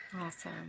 Awesome